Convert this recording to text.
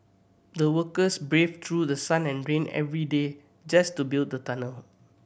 the workers braved through sun and rain every day just to build the tunnel